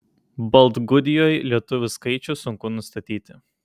baltgudijoj lietuvių skaičių sunku nustatyti